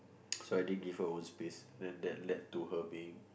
so I give her own space then that led to her being